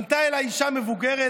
פנתה אליי אישה מבוגרת,